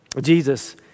Jesus